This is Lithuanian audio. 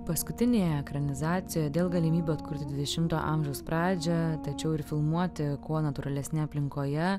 paskutinėj ekranizacijoj dėl galimybių atkurti dvidešimto amžiaus pradžią tačiau ir filmuoti kuo natūralesnėje aplinkoje